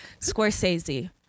Scorsese